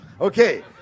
Okay